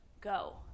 go